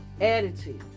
Attitude